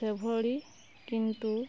ସେଭଳି କିନ୍ତୁ